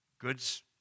goods